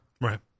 Right